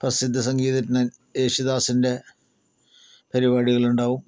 പ്രസിദ്ധ സംഗീതജ്ഞൻ യേശുദാസിൻ്റെ പരിപാടികളുണ്ടാവും